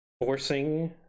forcing